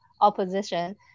opposition